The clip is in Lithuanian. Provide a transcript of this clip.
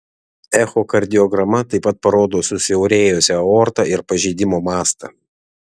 echokardiograma taip pat parodo susiaurėjusią aortą ir pažeidimo mastą